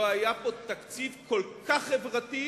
לא היה פה תקציב כל כך חברתי,